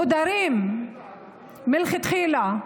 מודרים מלכתחילה,